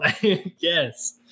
Yes